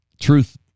truth